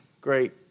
great